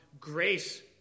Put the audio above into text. grace